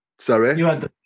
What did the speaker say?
Sorry